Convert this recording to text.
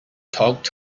talked